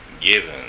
given